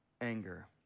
anger